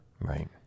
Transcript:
Right